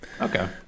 okay